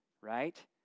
right